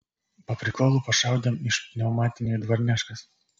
paprikolu pašaudėm iš pniaumatinio į dvarneškas